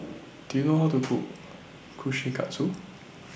Do YOU know How to Cook Kushikatsu